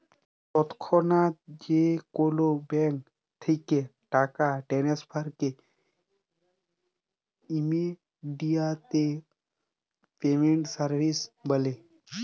তৎক্ষনাৎ যে কোলো ব্যাংক থ্যাকে টাকা টেনেসফারকে ইমেডিয়াতে পেমেন্ট সার্ভিস ব্যলে